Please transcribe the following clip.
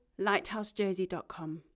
lighthousejersey.com